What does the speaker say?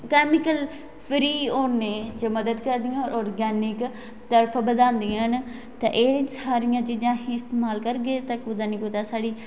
chemical free होने च मदद करदियां ते और आरगैनिक तरफ बधांदियां ना ते एह् सारियां चीजां इस्तेमाल करगे ते कुतै ना कुतै साढ़ी